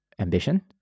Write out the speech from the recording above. ambition